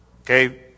okay